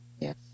Yes